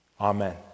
Amen